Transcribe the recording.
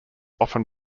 often